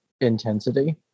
intensity